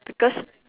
because